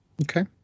Okay